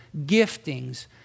giftings